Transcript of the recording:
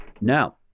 Now